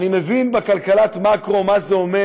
אני מבין בכלכלת מקרו מה זה אומר